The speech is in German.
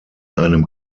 einem